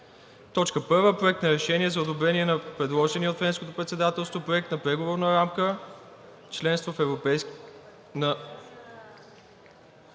юни. „1. Проект на решение за одобрение на предложения от Френското председателство Проект на Преговорна рамка за членство в Европейския